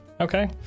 okay